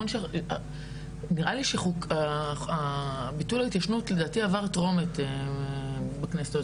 נראה לי שחוק ההתיישנות עבר טרום הכנסת הזאת,